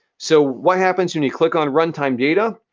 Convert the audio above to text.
so, what happens when you click on runtime data?